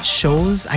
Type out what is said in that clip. shows